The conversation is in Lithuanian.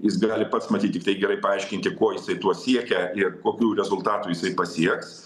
jis gali pats matyt tiktai gerai paaiškinti ko jisai tuo siekia ir kokių rezultatų jisai pasieks